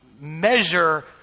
measure